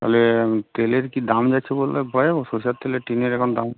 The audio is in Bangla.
তাহলে তেলের কী দাম যাচ্ছে বললে বাজারে সর্ষের তেলের টিনের এখন দাম